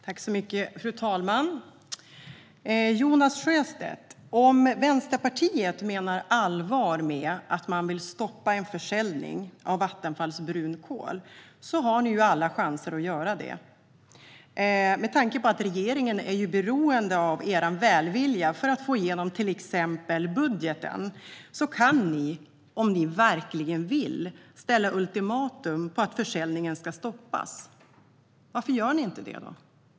Fru talman! Om ni inom Vänsterpartiet menar allvar med att ni vill stoppa en försäljning av Vattenfalls brunkol har ni ju alla chanser att göra det, Jonas Sjöstedt. Regeringen är nämligen beroende av er välvilja för att få igenom till exempel budgeten, så ni kan - om ni verkligen vill - ställa ultimatum om att försäljningen ska stoppas. Varför gör ni inte det?